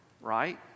right